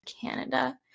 Canada